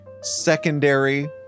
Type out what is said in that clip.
secondary